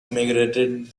emigrated